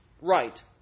right